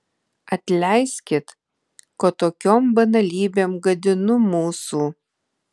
atleiskit kad tokiom banalybėm gadinu mūsų